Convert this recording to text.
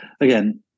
again